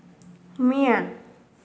म्या